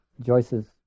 Joyce's